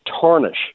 tarnish